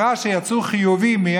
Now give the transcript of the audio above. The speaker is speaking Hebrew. מתגמלים עסקים שהחזירו עובדים בחודש מאי